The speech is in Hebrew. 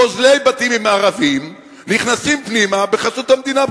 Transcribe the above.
גוזלי בתים מערבים נכנסים פנימה בחסות המדינה,